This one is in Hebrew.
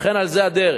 וכן על זה הדרך.